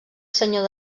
senyor